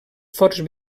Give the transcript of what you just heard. forts